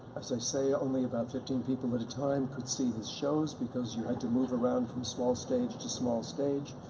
i say, only about fifteen people at a time could see his shows, because you had to move around from small stage to small stage,